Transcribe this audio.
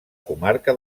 comarca